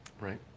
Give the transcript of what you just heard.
Right